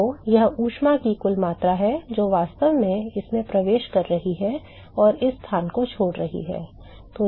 तो यह ऊष्मा की कुल मात्रा है जो वास्तव में इसमें प्रवेश कर रही है और इस स्थान को छोड़ रही है